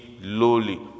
lowly